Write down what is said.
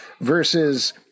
versus